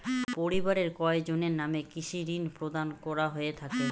পরিবারের কয়জনের নামে কৃষি ঋণ প্রদান করা হয়ে থাকে?